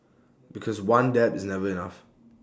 because one dab is never enough